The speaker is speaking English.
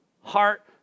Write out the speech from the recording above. Heart